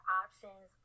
options